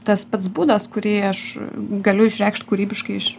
tas pats būdas kurį aš galiu išreikšt kūrybiškai iš